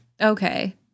Okay